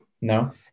No